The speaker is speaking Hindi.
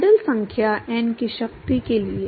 प्रांड्ल संख्या n की शक्ति के लिए